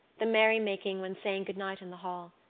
the merry-making when saying good-night in the hall,